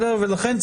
לכן,